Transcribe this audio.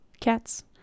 Cats